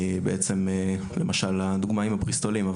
כמו בדוגמה של הבריסטולים.